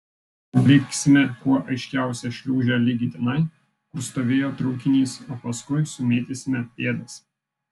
paliksime kuo aiškiausią šliūžę ligi tenai kur stovėjo traukinys o paskui sumėtysime pėdas